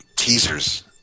teasers